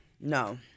No